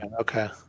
okay